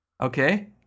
Okay